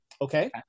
Okay